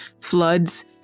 floods